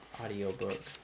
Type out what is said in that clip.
audiobook